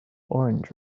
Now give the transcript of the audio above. orange